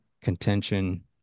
contention